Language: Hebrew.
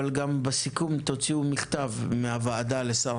אבל בסיכום גם תוציאו מכתב מהוועדה לשר